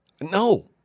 No